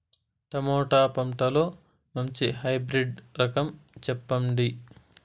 Tomato పంటలో మంచి hybrid రకం చెప్పండి?